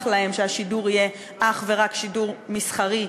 להם שהשידור יהיה אך ורק שידור מסחרי,